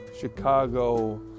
Chicago